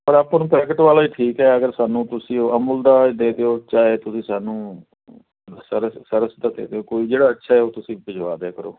ਪਰ ਆਪਾਂ ਨੂੰ ਪੈਕਟ ਵਾਲਾ ਹੀ ਠੀਕ ਹੈ ਅਗਰ ਸਾਨੂੰ ਤੁਸੀਂ ਉਹ ਅਮੁਲ ਦਾ ਦੇ ਦਿਓ ਚਾਹੇ ਤੁਸੀਂ ਸਾਨੂੰ ਦਾ ਦੇ ਦਿਓ ਕੋਈ ਜਿਹੜਾ ਅੱਛਾ ਹੈ ਉਹ ਤੁਸੀਂ ਭਿਜਵਾ ਦਿਆ ਕਰੋ